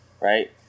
right